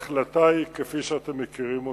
ההחלטה היא, כפי שאתם מכירים אותה,